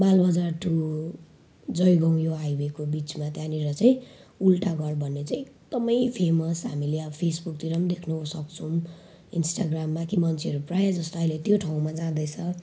Malbazar to Jaigaon यो हाइवेको बिचमा त्यहाँनेर चाहिँ उल्टा घर भन्ने चाहिँ एकदमै फेमस हामीले फेसबुकतिर देख्नु सक्छौँ इन्स्टाग्राममा कि मान्छेहरू प्रायः जस्तो अहिले यो ठाउँमा जाँदैछ